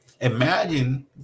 Imagine